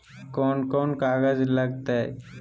कौन कौन कागज लग तय?